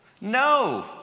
no